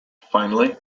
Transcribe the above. finally